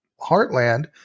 heartland